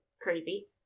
crazy